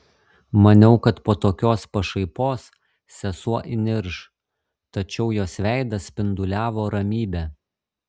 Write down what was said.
maniau kad po tokios pašaipos sesuo įnirš tačiau jos veidas spinduliavo ramybe